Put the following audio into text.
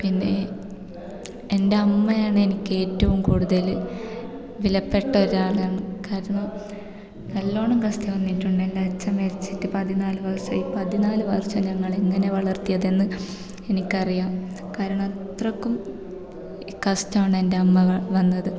പിന്നെ എൻ്റമ്മയാണ് എനിക്ക് ഏറ്റവും കൂടുതൽ വിലപ്പെട്ട ഒരാളാണ് കാരണം നല്ലവണ്ണം കഷ്ടം വന്നിട്ടുണ്ട് എൻ്റച്ഛൻ മരിച്ചിട്ട് പതിനാല് വർഷമായി ഈ പതിനാല് വർഷം ഞങ്ങളെ എങ്ങനെ വളർത്തിയതെന്ന് എനിക്കറിയാം കാരണം അത്രക്കും കഷ്ടമാണ് എൻ്റമ്മ വന്നത്